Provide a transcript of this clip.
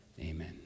Amen